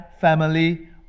family